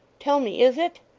tell me. is it